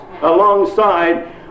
alongside